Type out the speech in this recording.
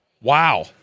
Wow